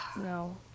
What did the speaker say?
no